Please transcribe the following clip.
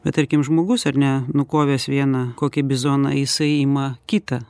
bet tarkim žmogus ar ne nukovęs vieną kokį bizoną jisai ima kitą